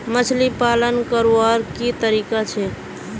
मछली पालन करवार की तरीका छे?